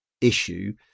issue